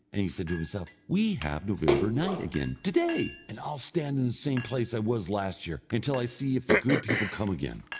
and he said to himself we have november night again to-day, and i'll stand in the same place i was last year, until i see if the good people come again.